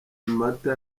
mata